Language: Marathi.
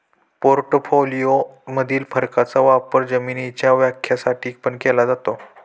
पोर्टफोलिओ मधील फरकाचा वापर जोखीमीच्या व्याख्या साठी पण केला जातो